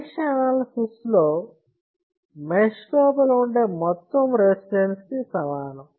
mesh analysis లో mesh లోపల ఉండే మొత్తం రెసిస్టెన్స్ కి సమానం